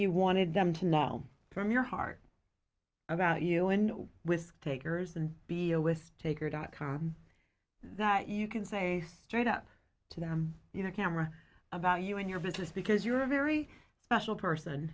you wanted them to know from your heart about you and with takers and below with taker dot com that you can say straight up to them you know camera about you in your business because you're a very special person